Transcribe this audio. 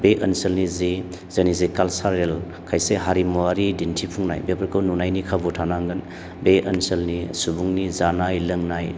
बे ओनसोलनि जि जोंनि जे कालसारेल खायसे हारिमुवारि दिन्थिफुंनाय बेफोरखौ नुनायनि खाबु थानांगोन बे ओनसोलनि सुबुंनि जानाय लोंनाय